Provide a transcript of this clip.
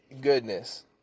goodness